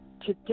today